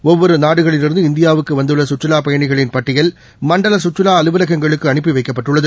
ஒவ்வொரு நாடுகளிலிருந்து இந்தியாவுக்கு வந்துள்ள சுற்றுலாப் பயணிகளின் பட்டியல் மண்டல சுற்றுலா அலுவலகங்களுக்கு அனுப்பி வைக்கப்பட்டுள்ளது